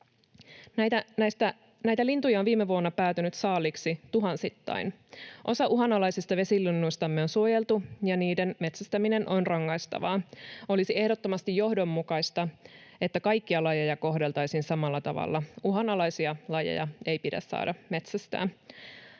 Näitä lintuja on viime vuonna päätynyt saaliiksi tuhansittain. Osa uhanalaisista vesilinnuistamme on suojeltu, ja niiden metsästäminen on rangaistavaa. Olisi ehdottomasti johdonmukaista, että kaikkia lajeja kohdeltaisiin samalla tavalla. Uhanalaisia lajeja ei pidä saada metsästää.